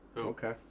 Okay